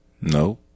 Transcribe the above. No